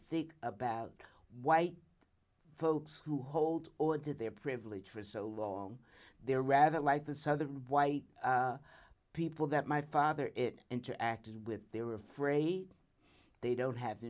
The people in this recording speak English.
think about white folks who hold or did their privilege for so long they're rather like the southern white people that my father is interacted with they were afraid they don't have